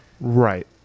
right